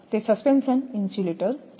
તે suspension insulator છે